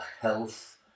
health